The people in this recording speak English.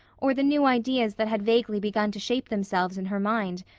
or the new ideas that had vaguely begun to shape themselves in her mind,